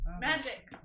Magic